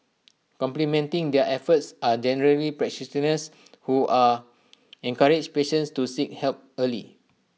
complementing their efforts are generally practitioners who are encourage patients to seek help early